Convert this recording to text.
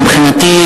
מבחינתי,